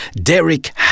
Derek